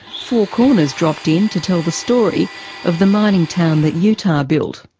four corners dropped in to tell the story of the mining town that utah built.